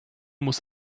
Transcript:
muss